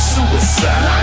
Suicide